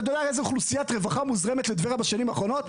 אתה יודע איזה אוכלוסיית רווחה מוזרמת לטבריה בשנים האחרונות?